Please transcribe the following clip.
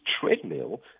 treadmill